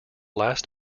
last